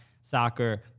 soccer